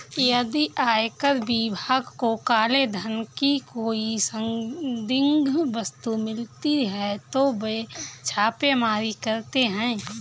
यदि आयकर विभाग को काले धन की कोई संदिग्ध वस्तु मिलती है तो वे छापेमारी करते हैं